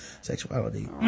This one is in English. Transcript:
sexuality